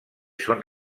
són